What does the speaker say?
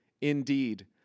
Indeed